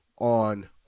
on